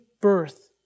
birth